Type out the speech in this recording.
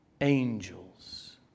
angels